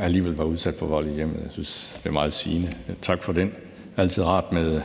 alligevel var udsat for vold i hjemmet. Jeg synes, det er meget sigende. Tak for det. Det er altid rart at med